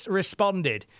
responded